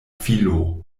filo